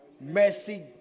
mercy